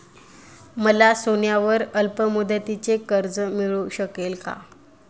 मला सोन्यावर अल्पमुदतीचे कर्ज मिळू शकेल का?